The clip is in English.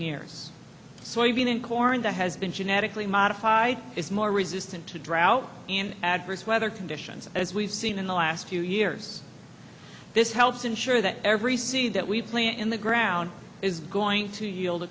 years soybean and corn the has been genetically modified is more resistant to drought and adverse weather conditions as we've seen in the last few years this helps ensure that every see that we plant in the ground is going to